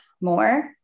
more